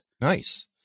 Nice